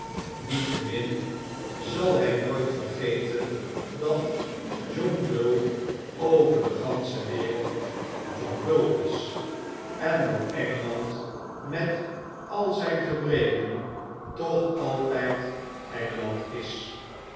niettemin zal hy nooit vergeten dat john bull over de gansche wereld john bull is en dat engeland met al zyn gebreken toch altijd engeland is